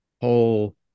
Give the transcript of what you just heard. whole